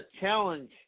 challenge